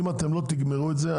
אם אתם לא תגמרו את זה,